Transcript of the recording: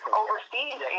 overseas